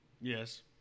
Yes